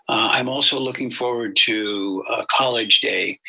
i'm also looking forward to college day,